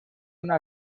una